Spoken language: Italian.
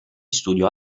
studio